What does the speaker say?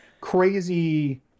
crazy